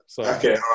Okay